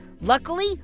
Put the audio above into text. Luckily